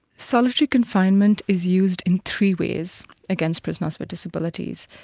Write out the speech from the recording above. solitary confinement is used in three ways against prisoners with disabilities.